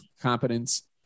competence